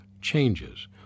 changes